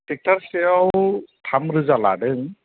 ट्रेकटारसेयाव थाम रोजा लादों